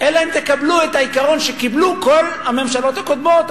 אלא אם תקבלו את העיקרון שקיבלו כל הממשלות הקודמות.